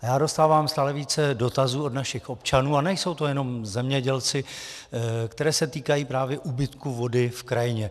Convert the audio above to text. A já dostávám stále více dotazů od našich občanů, a nejsou to jenom zemědělci, které se týkají právě úbytku vody v krajině.